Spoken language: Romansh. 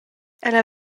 ella